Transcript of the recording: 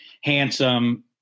handsome